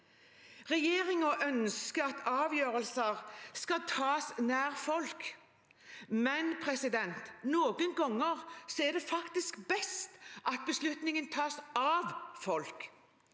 Regjeringen ønsker at avgjørelser skal tas nær folk, men noen ganger er det faktisk best at beslutningen tas av folk.